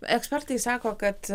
ekspertai sako kad